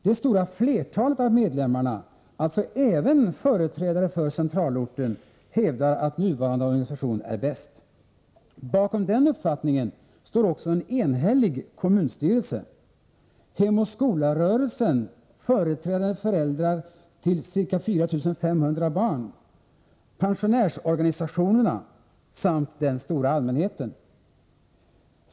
Det stora flertalet av medlemmarna, alltså även företrädare för centralorten, hävdar att nuvarande organisation är bäst. Bakom den uppfattningen står också en enhällig kommunstyrelse, Hem och skola-rörelsen företrädande föräldrar till ca 4 500 barn, pensionärsorganisationerna samt den stora allmänheten.